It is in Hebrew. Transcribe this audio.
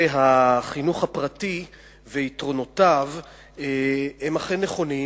החינוך הפרטי ויתרונותיו הם אכן נכונים,